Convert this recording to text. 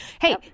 Hey